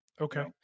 okay